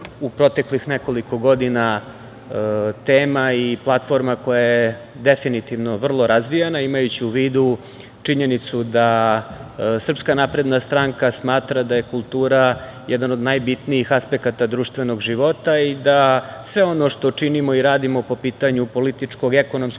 u proteklih nekoliko godina tema i platforma koja je definitivno vrlo razvijena, imajući u vidu činjenicu da SNS smatra da je kultura jedan od najbitnijih aspekata društvenog života i da sve ono što činimo i radimo po pitanju političkog, ekonomskog